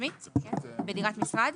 העצמית בדירת משרד?